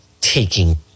taking